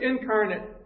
incarnate